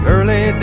Early